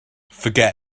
forget